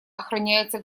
охраняется